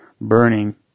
burning